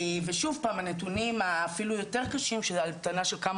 ושוב הנתונים היותר קשים של המתנה של כמה